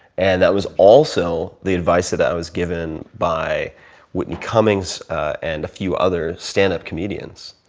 and that was also the advice that i was given by whitney cummings and a few other stand up comedians.